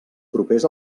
propers